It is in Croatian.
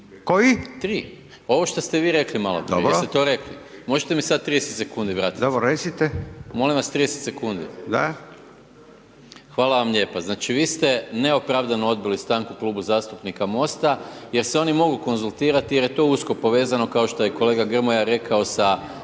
(SDP)** 3, ovo što ste vi rekli maloprije, jeste to rekli? Možete mi sad 30 sekundi vratit? **Radin, Furio (Nezavisni)** Dobro, recite. **Maras, Gordan (SDP)** Molim vas 30 sekundi. Hvala vam lijepa. Vi ste neopravdano odbili stanku Klubu zastupnika Mosta jer se oni mogu konzultirati jer je to usko povezano kao što je kolega Grmoja rekao sa radom